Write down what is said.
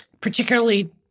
particularly